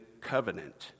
covenant